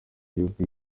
gihugu